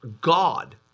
God